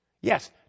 Yes